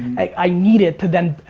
i need it to then,